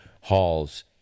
halls